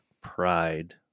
pride